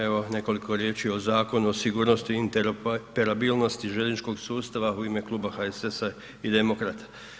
Evo, nekoliko riječi o Zakonu o sigurnosti interoperabilnosti željezničkog sustava, u ime Kluba HSS-a i Demokrata.